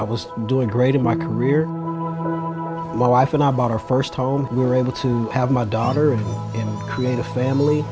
i was doing great in my career my wife and i bought our first home we were able to have my daughter create a family